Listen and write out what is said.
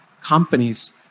companies